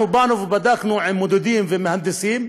אנחנו באנו ובדקנו עם מודדים ומהנדסים.